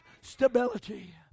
stability